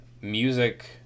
music